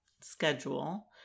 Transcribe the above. schedule